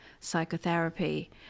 psychotherapy